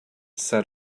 sat